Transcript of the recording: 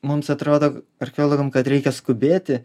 mums atrodo archeologam kad reikia skubėti